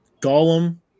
Gollum